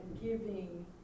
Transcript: giving